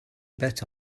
bet